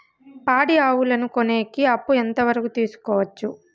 పాడి ఆవులని కొనేకి అప్పు ఎంత వరకు తీసుకోవచ్చు?